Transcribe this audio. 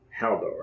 Haldor